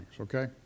Okay